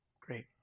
Great